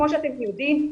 כמו שאתם יודעים,